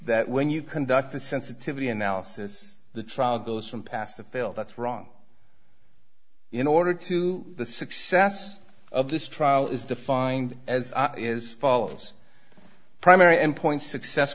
that when you conduct a sensitivity analysis the trial goes from past a failed that's wrong in order to the success of this trial is defined as is follows primary endpoint success